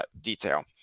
detail